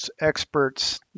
experts